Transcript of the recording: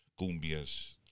cumbias